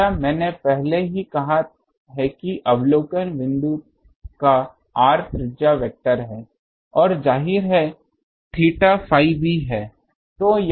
त्रिज्या मैंने पहले ही कहा है कि अवलोकन बिंदु का r त्रिज्या वेक्टर है और जाहिर है थीटा phi भी है